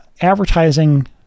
Advertising